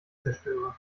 zerstöre